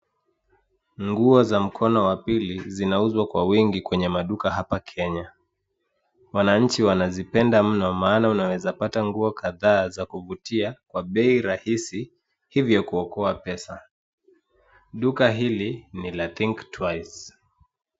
Nguo za mkono wa pili zinauzwa kwa wingi kwenye maduka hapa kenya. Wananchi wanazipenda mno, maana unaweza pata nguo kadhaa za kuvutia kwa bei rahisi hivyo kuokoa pesa. Duka hili ni la think twice .